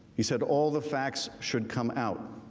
he said, all the facts should come out.